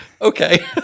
okay